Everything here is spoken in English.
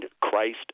Christ